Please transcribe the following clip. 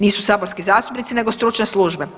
Nisu saborski zastupnici nego stručne službe.